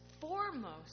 foremost